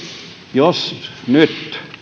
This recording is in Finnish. jos nyt